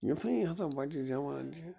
یِتھُے ہسا بچہٕ زیٚوان چھِ